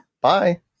Bye